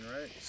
right